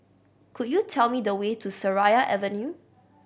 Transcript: could you tell me the way to Seraya Avenue